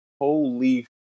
holy